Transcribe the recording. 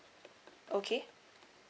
okay